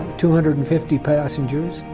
two hundred and fifty passengers.